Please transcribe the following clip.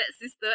sister